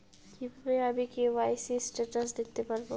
কিভাবে আমি KYC status দেখতে পারবো?